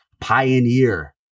pioneer